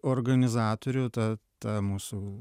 organizatorių ta ta mūsų